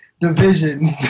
divisions